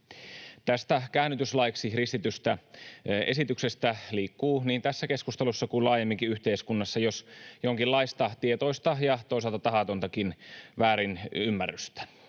Tästä käännytyslaiksi ristitystä esityksestä liikkuu niin tässä keskustelussa kuin laajemminkin yhteiskunnassa jos jonkinlaista tietoista ja toisaalta tahatontakin väärinymmärrystä.